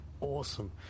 awesome